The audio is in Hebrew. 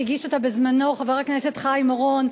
שהגיש אותה בזמנו חבר הכנסת חיים אורון,